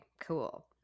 cool